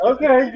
Okay